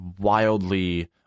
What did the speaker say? wildly